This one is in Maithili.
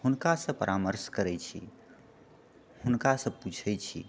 हुनकासँ परामर्श करैत छी हुनकासँ पूछए छी